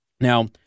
Now